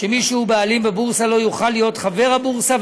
שמי שהוא בעלים בבורסה לא יוכל להיות חבר הבורסה,